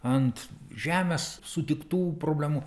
ant žemės sutiktų problemų